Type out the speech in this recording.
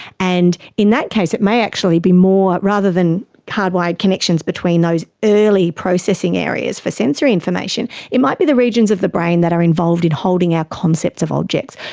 and in that case it may actually be more rather than hard-wired connections between those early processing areas for sensory information it might be the regions of the brain that are involved in holding our concepts of objects.